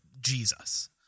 Jesus